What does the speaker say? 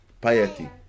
piety